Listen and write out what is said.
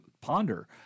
ponder